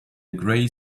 gray